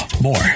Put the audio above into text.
more